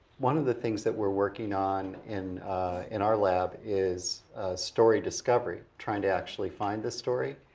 one of the things that we're working on in in our lab is story discovery trying to actually find a story.